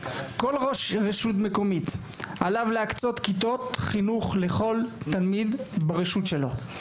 כל ראש רשות מקומית עליו להקצות כיתות חינוך לכל תלמיד ברשות שלו.